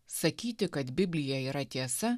sakyti kad biblija yra tiesa